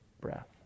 breath